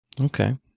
Okay